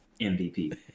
mvp